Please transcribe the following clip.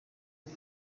ari